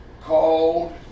called